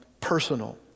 personal